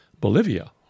Bolivia